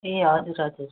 ए हजुर हजुर